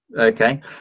Okay